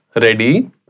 Ready